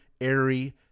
Airy